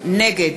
נגד